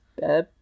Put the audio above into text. Babe